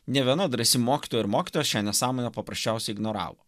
ne viena drąsi mokytoja ir mokytojas šią nesąmonę paprasčiausiai ignoravo